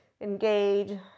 engage